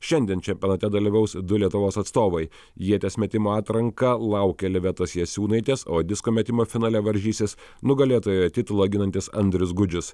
šiandien čempionate dalyvaus du lietuvos atstovai ieties metimo atranka laukia livetos jasiūnaitės o disko metimo finale varžysis nugalėtojo titulą ginantis andrius gudžius